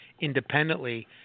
independently